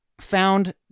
found